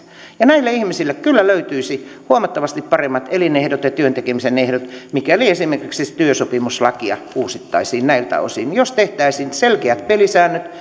ihmistä näille ihmisille kyllä löytyisi huomattavasti paremmat elinehdot ja työn tekemisen ehdot mikäli esimerkiksi työsopimuslakia uusittaisiin näiltä osin ja jos tehtäisiin selkeät pelisäännöt